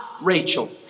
Rachel